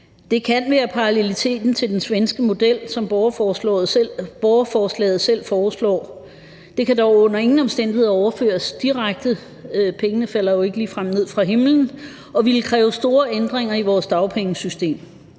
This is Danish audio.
Det kan være i paralleliteten til den svenske model, som borgerforslaget selv foreslår. Det kan dog under ingen omstændigheder overføres direkte – pengene falder jo ikke ligefrem ned fra himlen – og ville kræve store ændringer i vores dagpengesystem.